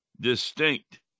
distinct